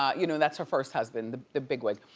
um you know that's her first husband the the big wig.